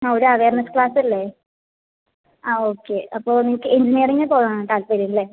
ആ ഒരു അവേർനെസ്സ് ക്ലാസ്സല്ലേ ആ ഓക്കെ അപ്പോൾ നിങ്ങൾക്ക് എഞ്ചിനീയറിംഗ് പോകാനാണ് താല്പര്യം അല്ലേ